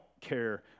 care